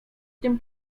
tym